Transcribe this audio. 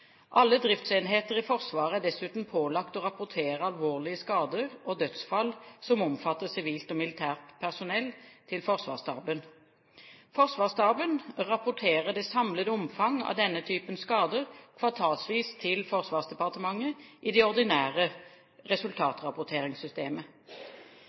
Alle driftsenheter i Forsvaret er dessuten pålagt å rapportere alvorlige skader og dødsfall som omfatter sivilt og militært personell, til Forsvarsstaben. Forsvarsstaben rapporterer det samlede omfang av denne typen skader kvartalsvis til Forsvarsdepartementet i det ordinære